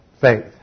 faith